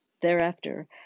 Thereafter